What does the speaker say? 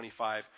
25